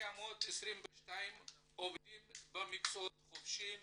922 עובדים במקצועות חופשיים,